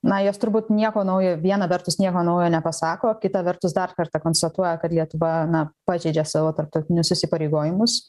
na jos turbūt nieko naujo viena vertus nieko naujo nepasako kita vertus dar kartą konstatuoja kad lietuva na pažeidžia savo tarptautinius įsipareigojimus